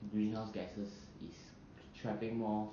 greenhouse gases is trapping more